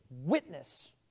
witness